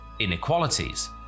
inequalities